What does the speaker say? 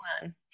one